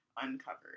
uncovered